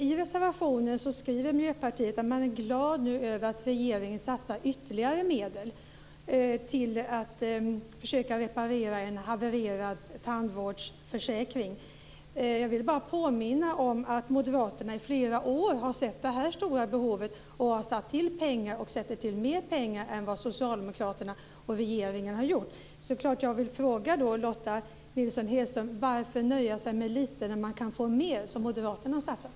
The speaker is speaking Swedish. I reservationen skriver Miljöpartiet att man är glad över att regeringen satsar ytterligare medel till att försöka reparera en havererad tandvårdsförsäkring. Jag vill bara påminna om att moderaterna har sett detta stora behov i flera år och har avsatt mer pengar än vad socialdemokraterna och regeringen har gjort. Varför nöja sig med lite när man kan få mer, Lotta Nilsson-Hedström, som moderaterna har satsat?